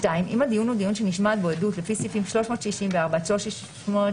(2) אם הדיון הוא דיון שנשמעת בו עדות לפי סעיפים 364 עד 371,